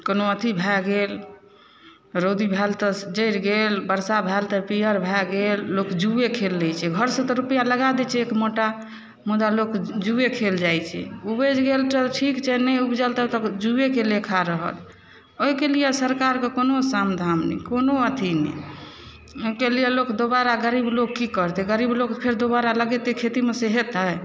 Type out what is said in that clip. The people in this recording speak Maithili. कोनो अथी भए गेल रौदी भेल तऽ जरि गेल वर्षा भेल तऽ पियर भए गेल लोक जुए खेलै छै घरसँ तऽ रुपैआ लगा दै छै एक मोटा मुदा लोक जुए खेल जाइ छै उपजि गेल तऽ ठीक छै नहि उपजल तब जुएके लेखा रहल ओहिके लिए सरकारके कोनो समाधान नहि कोनो अथी नहि ओहिके लिए लोक दोबारा गरीब लोक की करतै गरीब लोक फेर दोबारा लगेतै खेतीमे से हेतै